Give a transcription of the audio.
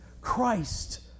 Christ